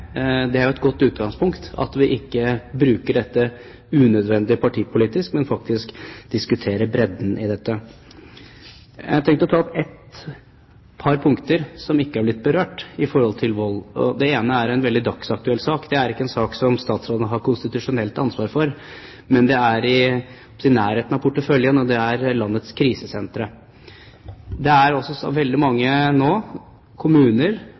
Det er jo et godt utgangspunkt at vi ikke bruker dette unødvendig partipolitisk, men faktisk diskuterer bredden i det. Jeg har tenkt å ta opp et par punkter som ikke er blitt berørt om vold. Det ene er en veldig dagsaktuell sak. Det er ikke en sak som statsråden har konstitusjonelt ansvar for, men det er i nærheten av porteføljen, og det gjelder landets krisesentre. Det er veldig mange kommuner